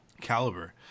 caliber